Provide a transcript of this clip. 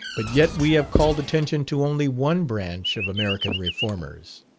but yet we have called attention to only one branch of american reformers.